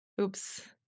Oops